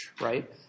Right